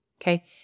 okay